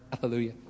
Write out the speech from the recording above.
Hallelujah